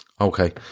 Okay